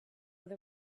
with